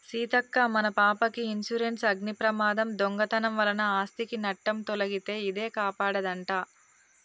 సీతక్క మన పాపకి ఇన్సురెన్సు అగ్ని ప్రమాదం, దొంగతనం వలన ఆస్ధికి నట్టం తొలగితే ఇదే కాపాడదంట